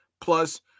Plus